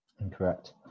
Incorrect